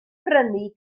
prynu